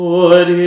Lord